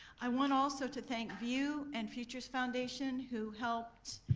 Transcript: i want also to thank view and future's foundation who helped